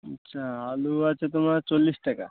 আচ্ছা আলু আছে তোমার চল্লিশ টাকা